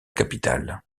capitale